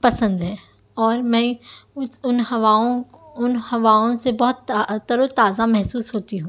پسند ہے اور میں اس ان ہواؤں ان ہواؤں سے بہت تا تر و تازہ محسوس ہوتی ہوں